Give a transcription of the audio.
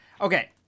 Okay